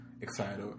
excited